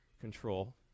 control